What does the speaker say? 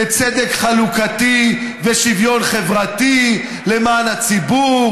לצדק חלוקתי ושוויון חברתי למען הציבור,